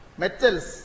metals